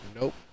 Nope